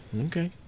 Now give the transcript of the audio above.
Okay